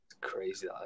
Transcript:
Crazy